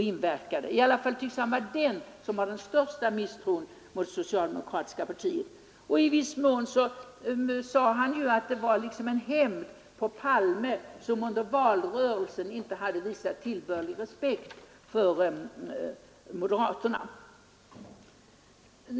I varje fall tycks han nu vara den som hyser den största misstron mot det socialdemokratiska partiet. I viss mån förklarade han detta som en hämnd mot statsminister Palme, som under valrörelsen inte visat tillbörlig respekt för moderaterna.